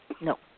No